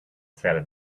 seller